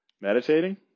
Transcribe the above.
meditating